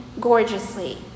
gorgeously